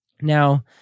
Now